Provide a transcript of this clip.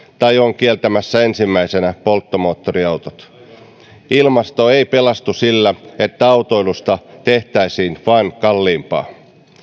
tai on kieltämässä ensimmäisenä polttomoottoriautot ilmasto ei pelastu sillä että autoilusta tehtäisiin vain kalliimpaa